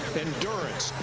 endurance,